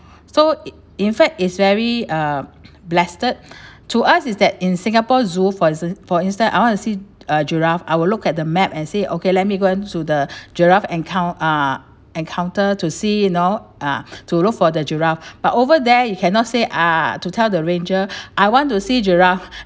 so in fact it's very uh blessed to us is that in singapore zoo for stan~ for instance I want to see a giraffe I will look at the map and say okay let me go to the giraffe encount~ ah encounter to see you know ah too look for the giraffe but over there you cannot say ah to tell the ranger I want to see giraffe